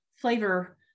flavor